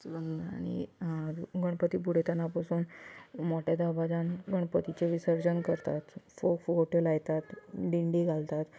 आनी गणपती बुडयतना बसून मोटे दबाज्यान गणपतीचें विसर्जन करता सो फोगोट्यो लायतात दिंडी घालता